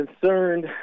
concerned